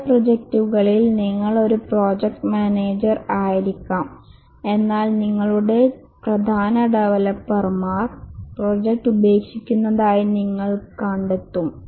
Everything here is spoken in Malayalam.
ചില പ്രോജക്റ്റുകളിൽ നിങ്ങൾ ഒരു പ്രോജക്റ്റ് മാനേജർ ആയിരിക്കാം എന്നാൽ നിങ്ങളുടെ ചില പ്രധാന ഡവലപ്പർമാർ പ്രോജക്റ്റ് ഉപേക്ഷിക്കുന്നതായി നിങ്ങൾ കണ്ടെത്തും